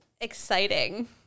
exciting